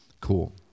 Cool